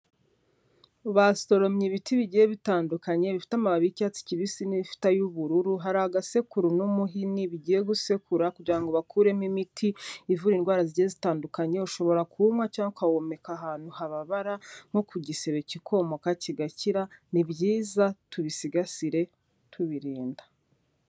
Basoromye ibiti bigiye bitandukanye bifite amababi y'cyatsi kibisi n'ifite ay'ubururu, hari agasekuru n'umuhini bigiye gusekura kugira ngo bakuremo imiti ivura indwara zigiye zitandukanye, ushobora kuwunywa cyangwa ukawomeka ahantu hababara nko ku gisebe kikomoka kigakira, ni byiza tubisigasire tubirinda.